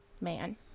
man